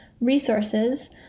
resources